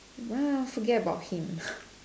!wow! forget about him